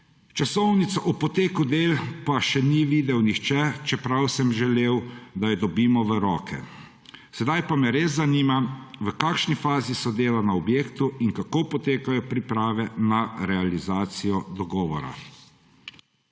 Časovnice o poteku del pa še ni videl nihče, čeprav sem želel, da jo dobimo v roke. Res me zanima: V kakšni fazi so dela na objektu in kako potekajo priprave na realizacijo dogovora?